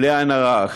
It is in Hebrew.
בלי עין הרע.